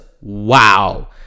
Wow